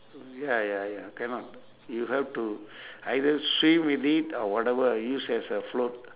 ya ya ya cannot you have to either swim with it or whatever use as a float